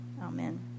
Amen